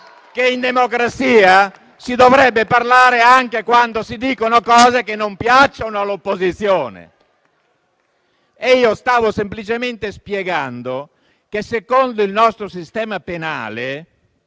che in democrazia si dovrebbe parlare anche quando si dicono cose che non piacciono all'opposizione. Io stavo semplicemente spiegando che, secondo il nostro sistema penale,